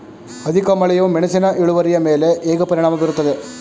ಅಧಿಕ ಮಳೆಯು ಮೆಣಸಿನ ಇಳುವರಿಯ ಮೇಲೆ ಹೇಗೆ ಪರಿಣಾಮ ಬೀರುತ್ತದೆ?